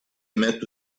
met